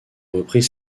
reprit